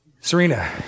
Serena